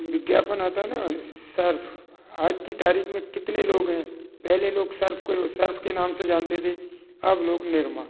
विज्ञापन आता ना सर्फ़ आज की तारिक़ में कितने लोग हैं पहले लोग सर्फ़ को सर्फ़ के नाम से जानते थे अब लोग निरमा